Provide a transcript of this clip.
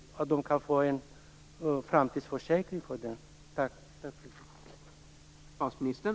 Kan de få en försäkring i framtiden?